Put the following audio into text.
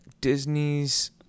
Disney's